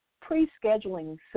pre-scheduling